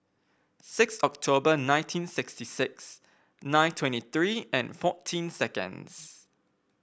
six October nineteen sixty six nine twenty three and forty seconds